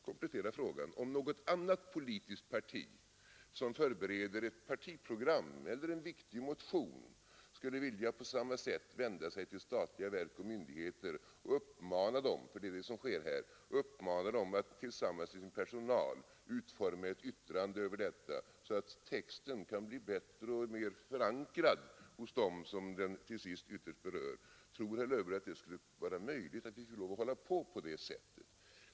Man kan tänka sig att ett annat politiskt parti, som förbereder ett partiprogram eller en viktig motion, skulle vilja på samma sätt vända sig till statliga verk och myndigheter och uppmana dem — det är vad som sker här — att tillsammans med personalen utforma ett yttrande så att texten kan bli bättre och mer förankrad hos den det ytterst berör. Tror herr Löfberg att vi skulle kunna göra så i fortsättningen?